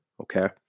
okay